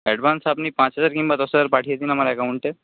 advance আপনি পাঁচ হাজার কিংবা দশ হাজার পাঠিয়ে দিন আমার অ্যাকাউন্টে